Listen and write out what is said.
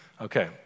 Okay